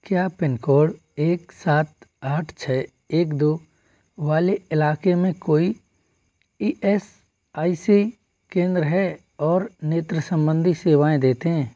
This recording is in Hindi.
क्या पिन एक सात आठ छः एक दो वाले इलाके में कोई ई एस आई सी केंद्र है और नेत्र सम्बन्धी सेवाएँ देते हैं